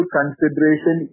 consideration